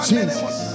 Jesus